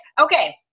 okay